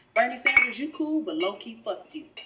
bernie sanders, you're cool but low key fuck you.